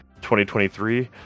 2023